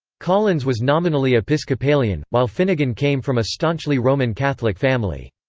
collins was nominally episcopalian, while finnegan came from a staunchly roman catholic family.